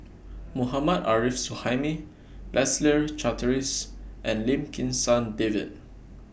Mohammad Arif Suhaimi Leslie Charteris and Lim Kim San David